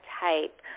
type